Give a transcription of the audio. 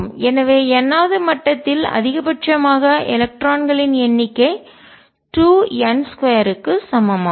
எனவே n வது மட்டத்தில் அதிகபட்சமாக எலக்ட்ரான்களின் எண்ணிக்கை 2n2 க்கு சமம் ஆகும்